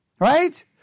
Right